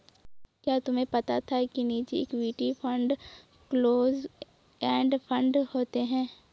क्या तुम्हें पता था कि निजी equity fund close end fund होते हैं?